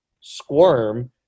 squirm